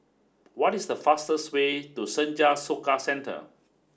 what is the fastest way to Senja Soka Centre